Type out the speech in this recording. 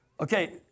Okay